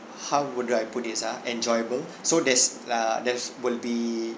how would I put this ah enjoyable so there's err there's will be